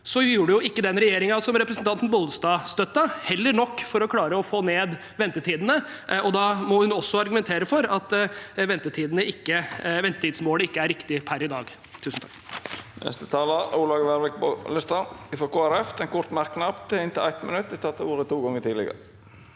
sånn, gjorde heller ikke den regjeringen som representanten Bollestad støttet, nok for å klare å få ned ventetidene. Da må hun også argumentere for at ventetidsmålet ikke er riktig per i dag. Presidenten